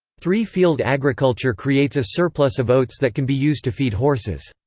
three-field agriculture creates a surplus of oats that can be used to feed horses.